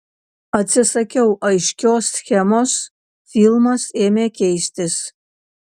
atsisakiau aiškios schemos filmas ėmė keistis